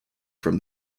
from